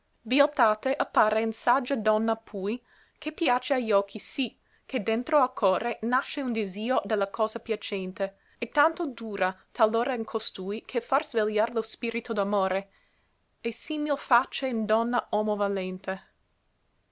stagione bieltate appare in saggia donna pui che piace a gli occhi sì che dentro al core nasce un disio de la cosa piacente e tanto dura talora in costui che fa svegliar lo spirito d'amore e simil fàce in donna omo valente